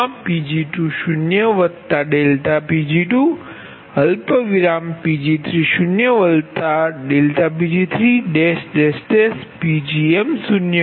Pgm નુ function છે